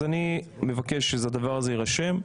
אז אני מבקש שהדבר זה יירשם.